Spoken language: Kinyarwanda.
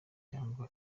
cyanga